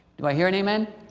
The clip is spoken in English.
do i hear an amen?